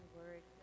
word